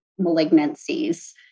malignancies